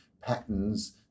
patterns